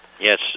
yes